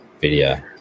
video